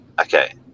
Okay